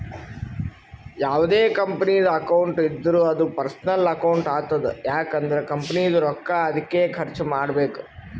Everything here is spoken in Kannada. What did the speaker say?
ಯಾವ್ದೇ ಕಂಪನಿದು ಅಕೌಂಟ್ ಇದ್ದೂರ ಅದೂ ಪರ್ಸನಲ್ ಅಕೌಂಟ್ ಆತುದ್ ಯಾಕ್ ಅಂದುರ್ ಕಂಪನಿದು ರೊಕ್ಕಾ ಅದ್ಕೆ ಖರ್ಚ ಮಾಡ್ಬೇಕು